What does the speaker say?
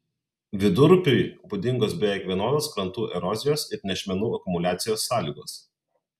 vidurupiui būdingos beveik vienodos krantų erozijos ir nešmenų akumuliacijos sąlygos